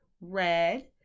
red